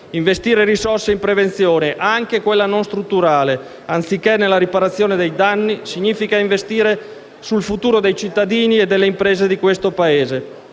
Investire risorse in prevenzione, anche quella non strutturale, anziché nella riparazione dei danni, significa investire sul futuro dei cittadini e delle imprese di questo Paese.